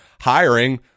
hiring